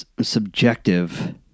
subjective